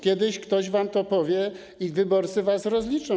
Kiedyś ktoś wam to powie i wyborcy was za to rozliczą.